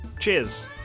Cheers